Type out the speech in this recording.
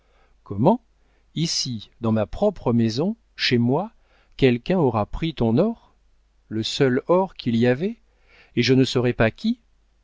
comment ici dans ma propre maison chez moi quelqu'un aura pris ton or le seul or qu'il y avait et je ne saurai pas qui